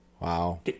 Wow